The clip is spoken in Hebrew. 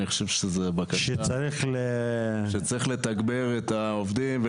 שצריך לתגבר את העובדים,